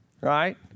right